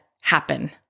happen